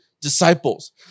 disciples